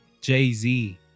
Jay-Z